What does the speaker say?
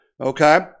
Okay